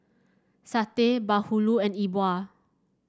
satay bahulu and Yi Bua